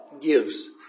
gives